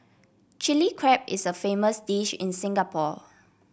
Chilli Crab is a famous dish in Singapore